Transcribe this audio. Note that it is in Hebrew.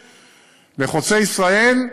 לחוצה-ישראל,